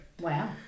Wow